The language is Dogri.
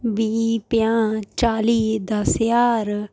बीह् पंजाह् चाली दस ज्हार